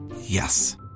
Yes